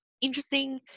interesting